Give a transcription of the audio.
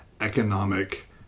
economic